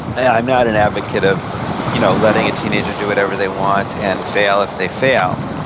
i'm not an advocate of you know letting a teenager do whatever they want, and fail if they fail,